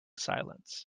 silence